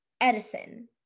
Edison